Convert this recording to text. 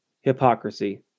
hypocrisy